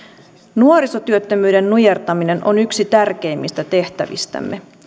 nuorisotyöttömyyden nujertaminen on yksi tärkeimmistä tehtävistämme